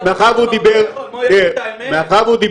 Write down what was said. נגזר מהעובדה הזו שהרשות הפלסטינית הודיעה